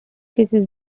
cases